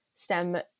STEM